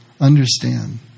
understand